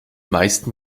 meisten